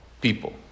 people